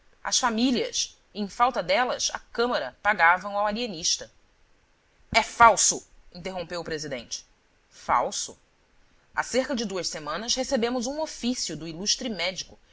as famílias e em falta delas a câmara pagavam ao alienista é falso interrompeu o presidente falso há cerca de duas semanas recebemos um ofício do ilustre médico